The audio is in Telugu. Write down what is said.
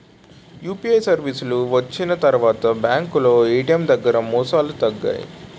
యూపీఐ సర్వీసులు వచ్చిన తర్వాత బ్యాంకులో ఏటీఎం దగ్గర మోసాలు తగ్గాయి